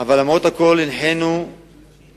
אבל למרות הכול הנחינו כמשרד,